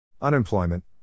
Unemployment